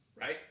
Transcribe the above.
right